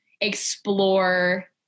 explore